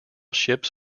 ships